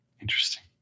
Interesting